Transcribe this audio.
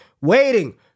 waiting